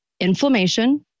inflammation